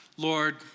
Lord